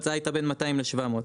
ההצעה הייתה בין 200 ל- 700,